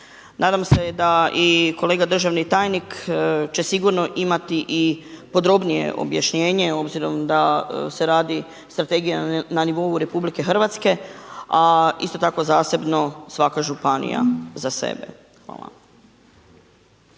Nadam se da i kolega državni tajnik će sigurno imati i podrobnije objašnjenje obzirom da se radi strategija na nivou RH a isto tako zasebno svaka županija za sebe. Hvala.